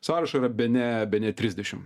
sąrašą yra bene bene trisdešim